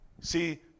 See